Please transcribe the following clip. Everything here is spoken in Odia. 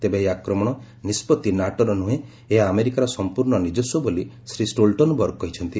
ତେବେ ଏହି ଆକ୍ରମଣ ନିଷ୍କଭି ନାଟୋର ନୁହେଁ ଏହା ଆମେରିକାର ସମ୍ପର୍ଣ୍ଣ ନିଜସ୍ୱ ବୋଲି ଶ୍ରୀ ଷ୍ଟୋଲଟନବର୍ଗ କହିଛନ୍ତି